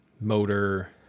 Motor